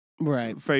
right